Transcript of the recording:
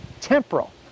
temporal